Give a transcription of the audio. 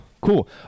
Cool